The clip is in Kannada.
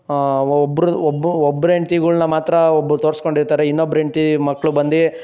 ಆ ಒಬ್ರು ಒಬ್ರು ಹೆಂಡತಿಗಳನ್ನ ಮಾತ್ರ ಒಬ್ರು ತೋರಿಸ್ಕೊಂಡಿರ್ತಾರೆ ಇನ್ನೊಬ್ರು ಹೆಂಡತಿ ಮಕ್ಕಳು ಬಂದು